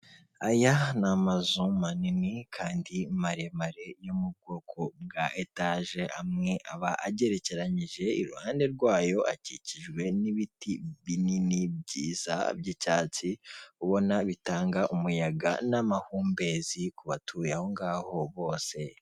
Aya ni amazu manini kandi maremare yo mu bwoko bwa etaje, amwe aba agerekeranyije, iruhande rwayo akikijwe n'ibiti binini byiza by'icyatsi ,ubona bitanga umuyaga n'amahumbezi, ku batuye aho ngaho bose.